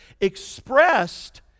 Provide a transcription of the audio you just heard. expressed